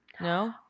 No